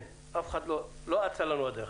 לא אצה לנו הדרך.